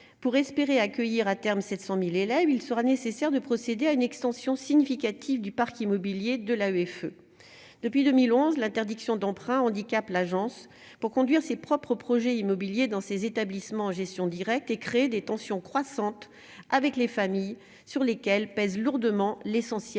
pour espérer accueillir à terme 700000 élèves, il sera nécessaire de procéder à une extension significative du parc immobilier de la greffe depuis 2011 : l'interdiction d'emprunt, handicap, l'agence pour conduire ses propres projets immobiliers dans ces établissements en gestion directe et créer des tensions croissantes avec les familles, sur lesquels pèsent lourdement l'essentiel